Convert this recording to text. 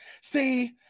see